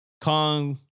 Kong